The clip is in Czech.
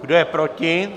Kdo je proti?